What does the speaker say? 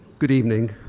good evening.